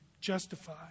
justify